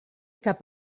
cap